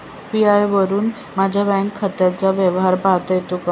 UPI वरुन माझ्या bank खात्याचा व्यवहार पाहता येतो का?